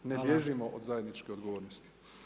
Ne bježimo od zajedničke odgovornosti.